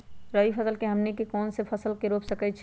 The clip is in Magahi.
रबी फसल में हमनी के कौन कौन से फसल रूप सकैछि?